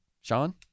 Sean